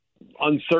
uncertain